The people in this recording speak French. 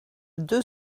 deux